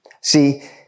See